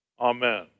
Amen